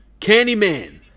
Candyman